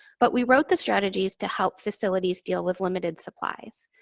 but we wrote the strategies to help facilities deal with limited supplies.